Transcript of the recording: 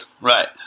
Right